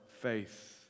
faith